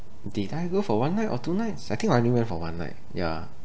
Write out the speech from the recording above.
did I go for one night or two nights I think I only went for one night ya